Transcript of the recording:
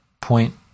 point